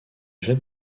jette